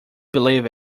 believe